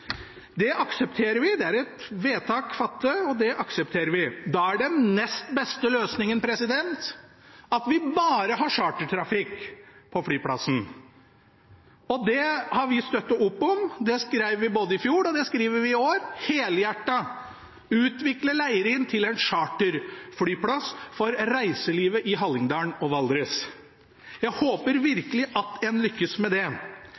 Det aksepterer vi, for det er et fattet vedtak. Da er den nest beste løsningen at vi bare har chartertrafikk på flyplassen. Det har vi støttet opp om. Det skrev vi i fjor, og det skriver vi i år – helhjertet å utvikle Leirin til en charterflyplass for reiselivet i Hallingdal og Valdres. Jeg håper virkelig at en lykkes med det.